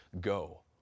go